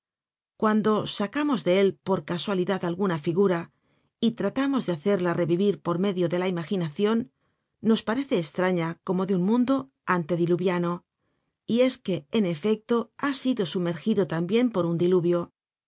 cuando sacamos de él por casualidad alguna figura y tratamos de hacerla revivir por medio de la imaginacion nos parece eslraña como de un mundo antediluviano y es que en efecto ha sido sumergido tambien por un diluvio